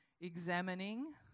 examining